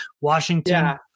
Washington